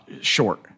short